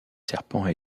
serpents